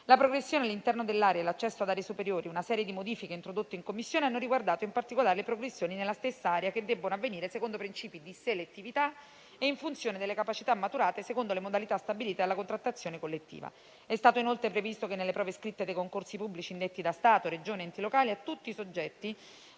la progressione all'interno dell'area e l'accesso ad aree superiori - una serie di modifiche introdotte in Commissione hanno riguardato, in particolare, le progressioni nella stessa area, che debbono avvenire secondo principi di selettività e in funzione delle capacità maturate secondo le modalità stabilite dalla contrattazione collettiva. È stato inoltre previsto che nelle prove scritte dei concorsi pubblici indetti da Stato, Regioni ed enti locali a tutti i soggetti